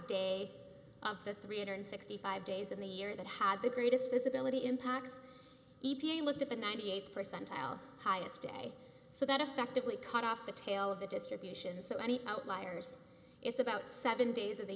day of the three hundred and sixty five dollars days of the year that had the greatest visibility impacts e p a looked at the ninety eight percent oil highest day so that effectively cut off the tail of the distribution so any outliers it's about seven days of the